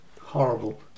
Horrible